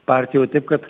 partijoj taip kad